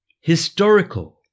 historical